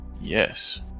Yes